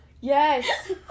Yes